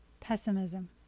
pessimism